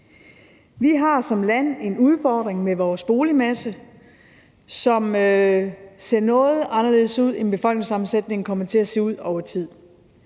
Vi har som land en udfordring med vores boligmasse, som ser noget anderledes ud, end befolkningssammensætningen kommer til at se ud over tid.